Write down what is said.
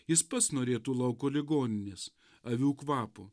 jis pats norėtų lauko ligoninės avių kvapo